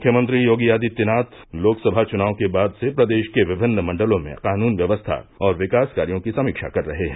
मुख्यमंत्री योगी आदित्यनाथ लोकसभा चुनाव के बाद से प्रदेश के विभिन्न मण्डलों में कानून व्यवस्था और विकास कार्यो की समीक्षा बैठक कर रहे हैं